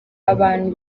abantu